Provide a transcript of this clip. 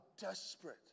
desperate